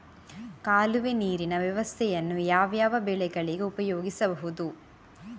ಕಾಲುವೆ ನೀರಿನ ವ್ಯವಸ್ಥೆಯನ್ನು ಯಾವ್ಯಾವ ಬೆಳೆಗಳಿಗೆ ಉಪಯೋಗಿಸಬಹುದು?